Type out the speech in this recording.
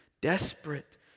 desperate